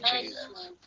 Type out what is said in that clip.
Jesus